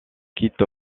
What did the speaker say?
quitte